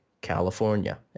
California